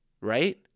Right